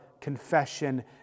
confession